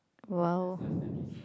!wow!